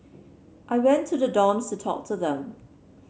I went to the dorms to talk to them